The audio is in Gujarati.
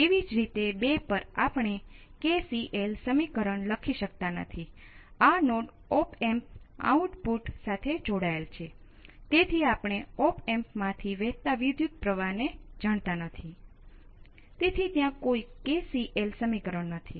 તેથી આવશ્યકપણે આપણે સર્કિટ માંથી વહેતો વિદ્યુત પ્રવાહ 0 છે અને તેમાં કોઈ ફેરફાર નથી